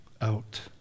out